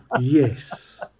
yes